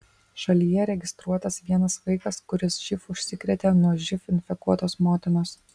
šalyje registruotas vienas vaikas kuris živ užsikrėtė nuo živ infekuotos motinos